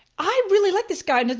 i really like this guy.